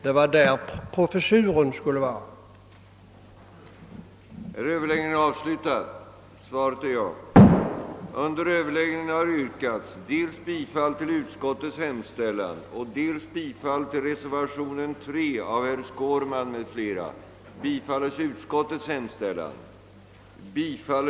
Det var den senare som skulle ha professuren.